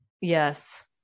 Yes